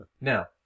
Now